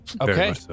Okay